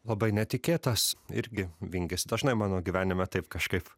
labai netikėtas irgi vingis dažnai mano gyvenime taip kažkaip